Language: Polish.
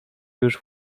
już